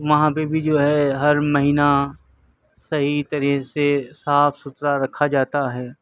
وہاں پہ بھی جو ہے ہر مہینہ صحیح طرح سے صاف ستھرا رکھا جاتا ہے